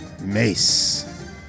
mace